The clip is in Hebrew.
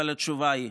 אבל התשובה היא: